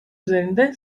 üzerinde